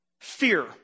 fear